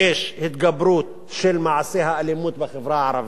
יש התגברות של מעשי האלימות בחברה הערבית,